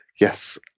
yes